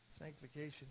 Sanctification